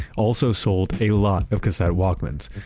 also sold a lot of cassette walkmans.